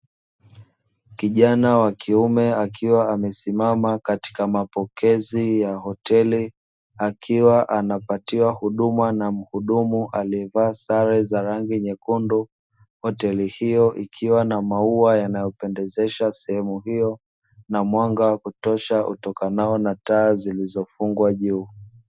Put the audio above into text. Kijana wa kiume akiwa amesimama katika mapokezi ya hoteli, akiwa anapatiwa huduma na mhudumu aliyevaa sare za rangi nyekundu, hoteli hiyo ikiwa na maua yanayopendezesha sehemu hiyo na mwanga wa kutosha utokanao na taa zilizofungwa juu.